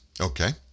okay